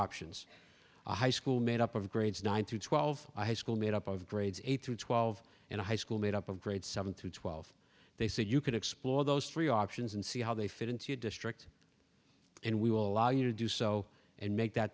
options a high school made up of grades nine through twelve i had school made up of grades eight through twelve in a high school made up of grades seven through twelve they say you can explore those three options and see how they fit into your district and we will allow you to do so and make that